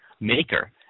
maker